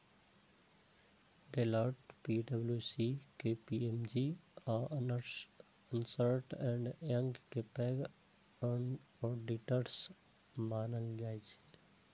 Deloitte, पी.डब्ल्यू.सी, KPMG आ Ernst and Young कें पैघ ऑडिटर्स मानल जाइ छै